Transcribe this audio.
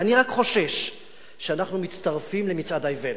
ואני רק חושש שאנחנו מצטרפים למצעד האיוולת.